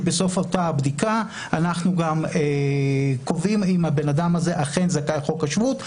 בסופה אנחנו גם קובעים אם האדם אכן זכאי חוק השבות.